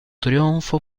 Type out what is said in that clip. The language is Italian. trionfo